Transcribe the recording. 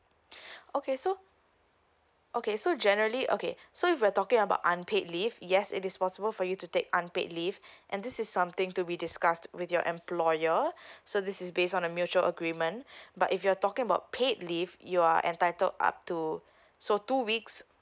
okay so okay so generally okay so if you're talking about unpaid leave yes it is possible for you to take unpaid leave and this is something to be discussed with your employer so this is based on a mutual agreement but if you're talking about paid leave you're entitled up to so two weeks